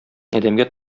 адәмгә